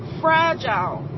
fragile